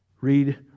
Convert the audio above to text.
Read